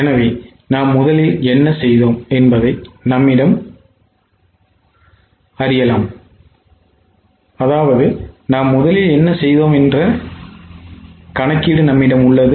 எனவே நாம் முதலில் என்ன செய்தோம் என்பது நம்மிடம் உள்ளது